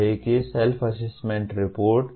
यह है कि सेल्फ असेसमेंट रिपोर्ट